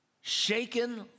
shaken